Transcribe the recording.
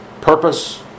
purpose